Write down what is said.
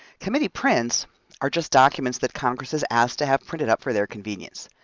committee prints are just documents that congress has asked to have printed up for their convenience.